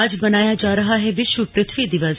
आज मनाया जा रहा है विश्व पृथ्वी दिवस